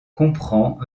comprend